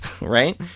right